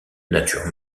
nature